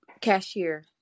Cashier